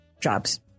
jobs